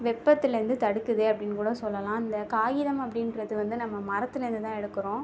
வெப்பத்துலேருந்து தடுக்குது அப்படின்னு கூட சொல்லலாம் இந்த காகிதம் அப்படின்றது வந்து நம்ம மரத்திலேருந்துதான் எடுக்கிறோம்